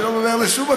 אני לא ממהר לשום מקום.